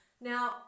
now